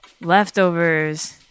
Leftovers